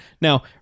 Now